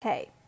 Hey